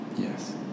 Yes